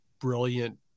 brilliant